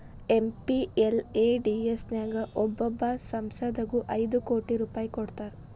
MPLADS ನ್ಯಾಗ ಒಬ್ಬೊಬ್ಬ ಸಂಸದಗು ಐದು ಕೋಟಿ ರೂಪಾಯ್ ಕೊಡ್ತಾರಾ